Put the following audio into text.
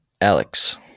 Alex